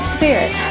Spirit